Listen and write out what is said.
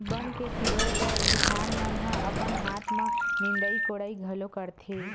बन के सिरोय बर किसान मन ह अपन हाथ म निंदई कोड़ई घलो करथे